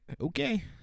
Okay